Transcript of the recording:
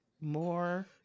more